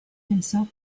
himself